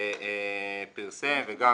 פרסם וגם